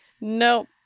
No